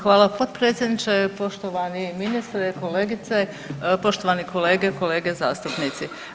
Hvala potpredsjedniče, poštovani ministre i kolegice, poštovani kolege i kolege zastupnici.